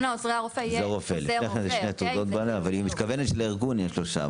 אבל היא מתכוונת שלארגון יהיו שלושה.